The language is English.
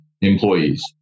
employees